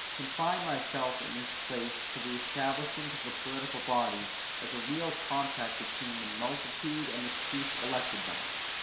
confine myself in this place to the establishment of the political body as a real contract between the multitude and the chiefs elected by it.